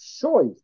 choice